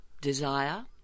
desire